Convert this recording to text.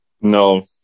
No